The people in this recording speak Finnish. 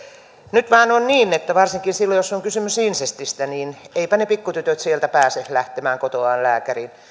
nyt vaan on niin että varsinkin silloin jos on kysymys insestistä niin eivätpä ne pikkutytöt sieltä pääse lähtemään kotoaan lääkäriin